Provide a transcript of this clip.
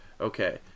okay